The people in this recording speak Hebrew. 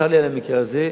צר לי על המקרה הזה,